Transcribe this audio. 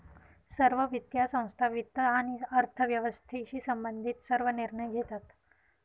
सर्व वित्तीय संस्था वित्त आणि अर्थव्यवस्थेशी संबंधित सर्व निर्णय घेतात